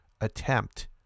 attempt